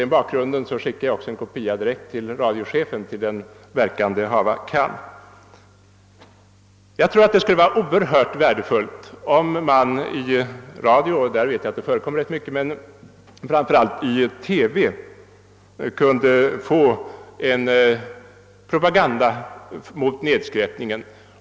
Med tanke härpå skickade jag också en kopia direkt till radiochefen till den verkan det hava kan. Jag tror det skulle vara oerhört värdefullt om man i radio — där vet jag att det förekommer i rätt stor utsträckning — och framför allt i TV kunde göra mer propaganda mot nedskräpningen.